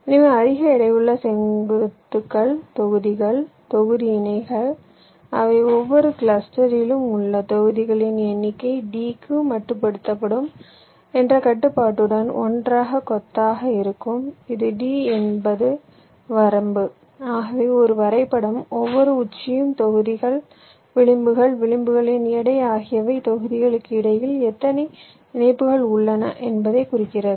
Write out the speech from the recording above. எனவே அதிக எடையுள்ள தொகுதிகள் தொகுதி இணைகள் அவை ஒவ்வொரு கிளஸ்டரிலும் உள்ள தொகுதிகளின் எண்ணிக்கை d க்கு மட்டுப்படுத்தப்படும் என்ற கட்டுப்பாட்டுடன் ஒன்றாகக் கொத்தாக இருக்கும் இது d என்பது வரம்புஆகவே ஒரு வரைபடம் ஒவ்வொரு உச்சியும் தொகுதிகள் விளிம்புகள் விளிம்புகளின் எடை ஆகியவை தொகுதிகளுக்கு இடையில் எத்தனை இணைப்புகள் உள்ளன என்பதைக் குறிக்கிறது